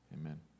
Amen